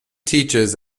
teaches